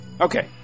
Okay